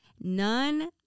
none